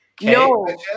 No